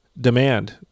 demand